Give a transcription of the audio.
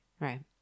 Right